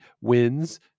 wins